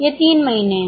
ये 3 महीने हैं